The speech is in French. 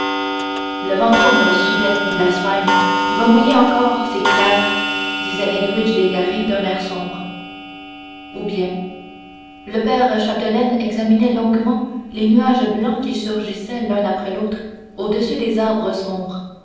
le vent tourne au sudet blasphème il va mouiller encore c'est clair disait edwige légaré d'un air sombre ou bien le père chapdelaine examinait longuement les nuages blancs qui surgissaient l'un après l'autre au-dessus des arbres sombres